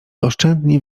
oszczędni